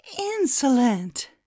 Insolent